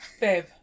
babe